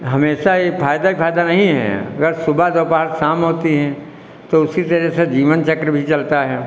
हमेशा ये फायदा फायदा नहीं हैं अगर सुबह दोपहर शाम होती हैं तो उसी तरह से जीवन चक्र भी चलता है